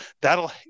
that'll